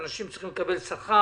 אנשים צריכים לקבל שכר.